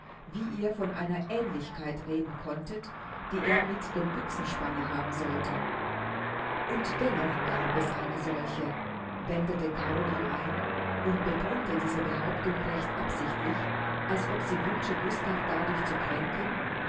wie ihr von einer aehnlichkeit reden konntet die er mit dem büchsenspanner haben sollte und dennoch gab es eine solche wendete caroline ein und betonte diese behauptung recht absichtlich als ob sie wünsche gustav dadurch zu kränken